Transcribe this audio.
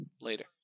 later